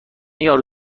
یارو